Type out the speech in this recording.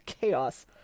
chaos